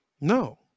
No